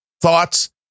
thoughts